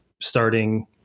starting